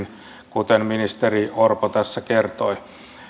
kuten ministeri orpo tässä kertoi